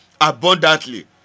Abundantly